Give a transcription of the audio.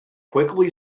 quickly